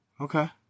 Okay